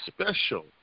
special